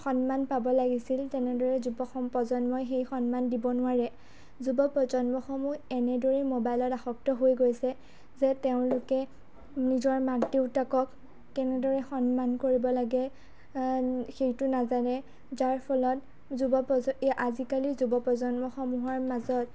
সন্মান পাব লাগিছিল তেনেদৰে যুৱ সম প্ৰজন্মই সেই সন্মান দিব নোৱাৰে যুৱ প্ৰজন্মসমূহ এনেদৰে মোবাইলত আসক্ত হৈ গৈছে যে তেওঁলোকে নিজৰ মাক দেউতাকক কেনেদৰে সন্মান কৰিব লাগে সেইটো নাজানে যাৰ ফলত যুৱ প্ৰজন্ম এই আজিকালি যুৱ প্ৰজন্মসমূহৰ মাজত